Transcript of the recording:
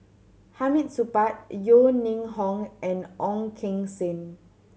Hamid Supaat Yeo Ning Hong and Ong Keng Sen